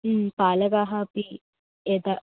बालकाः अपि एते